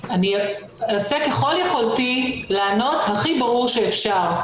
אני אעשה ככל יכולתי לענות הכי ברור שאפשר.